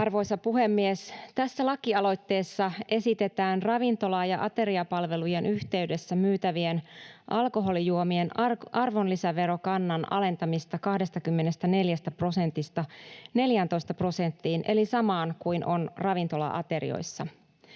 Arvoisa puhemies! Tässä lakialoitteessa esitetään ravintola- ja ateriapalvelujen yhteydessä myytävien alkoholijuomien arvonlisäverokannan alentamista 24 prosentista 14 prosenttiin eli samaan kuin on ravintola-aterioissa.